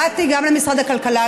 באתי גם למשרד הכלכלה,